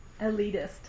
elitist